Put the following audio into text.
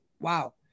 Wow